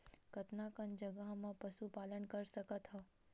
कतका कन जगह म पशु पालन कर सकत हव?